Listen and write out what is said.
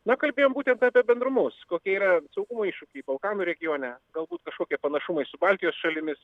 na kalbėjom būtent apie bendrumus kokie yra saugumo iššūkiai kaukazo regione galbūt kažkokie panašumai su baltijos šalimis